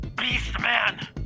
Beast-man